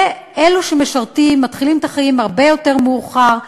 ואלה שמשרתים מתחילים את החיים הרבה יותר מאוחר,